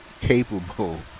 capable